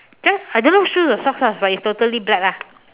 just I don't know shoes or socks ah but it's totally black ah